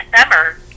summer